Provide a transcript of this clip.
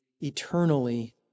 eternally